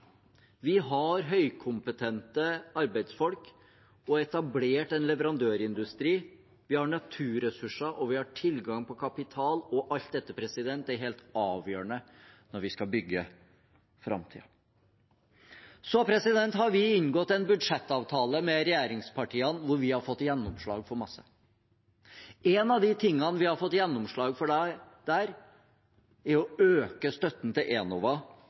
Vi har høykompetente arbeidsfolk og har etablert en leverandørindustri. Vi har naturressurser, og vi har tilgang på kapital. Alt dette er helt avgjørende når vi skal bygge framtiden. Vi har inngått en budsjettavtale med regjeringspartiene hvor vi har fått gjennomslag for masse. En av de tingene vi har fått gjennomslag for der, er å øke støtten til Enova